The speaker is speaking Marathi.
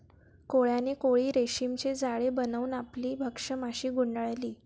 कोळ्याने कोळी रेशीमचे जाळे बनवून आपली भक्ष्य माशी गुंडाळली